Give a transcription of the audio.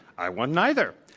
i want neither.